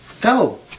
Go